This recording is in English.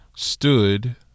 stood